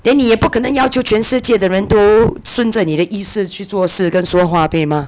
then 你也不可能要求全世界的人都顺着你的意思去做事跟说话对吗